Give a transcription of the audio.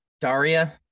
daria